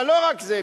אבל לא רק זה,